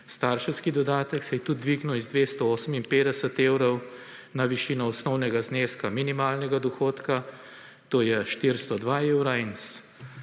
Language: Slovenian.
starševski dodatek se je tudi dvignil iz 258 evrov na višino osnovnega zneska minimalnega dohodka, to je 402 evra in